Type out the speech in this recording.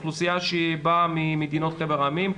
האוכלוסייה שבאה ממדינות חבר העמים,